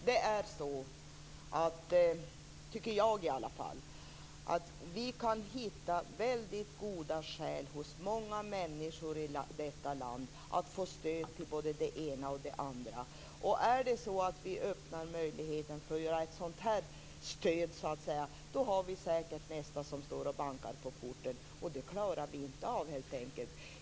Herr talman! Jag tycker att vi kan hitta väldigt goda skäl hos många människor i detta land att få stöd till både det ena och det andra. Om vi öppnar möjligheten för ett sådant här stöd, har vi säkert nästa som står och bankar på porten. Det klarar vi helt enkelt inte av.